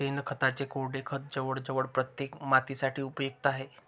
शेणखताचे कोरडे खत जवळजवळ प्रत्येक मातीसाठी उपयुक्त आहे